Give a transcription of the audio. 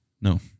No